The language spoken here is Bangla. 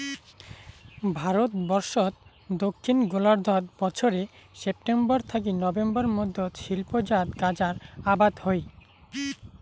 ভারতবর্ষত দক্ষিণ গোলার্ধত বছরে সেপ্টেম্বর থাকি নভেম্বর মধ্যত শিল্পজাত গাঁজার আবাদ হই